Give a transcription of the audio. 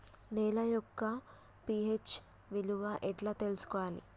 నేల యొక్క పి.హెచ్ విలువ ఎట్లా తెలుసుకోవాలి?